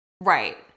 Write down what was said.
Right